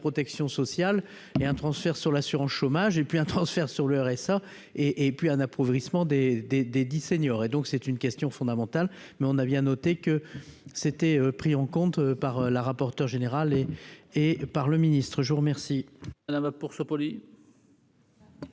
protection sociale et un transfert sur l'assurance chômage et puis un transfert sur le RSA et et puis un appauvrissement des, des, des, 10 senior et donc c'est une question fondamentale, mais on a bien noté que c'était pris en compte par la rapporteure générale et et par le ministre, je vous remercie.